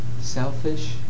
Selfish